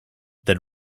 then